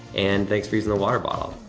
and thanks for using the water bottle.